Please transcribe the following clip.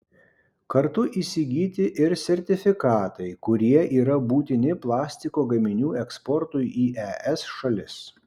kartu įsigyti ir sertifikatai kurie yra būtini plastiko gaminių eksportui į es šalis